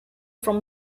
from